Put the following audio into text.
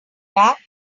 back